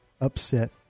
upset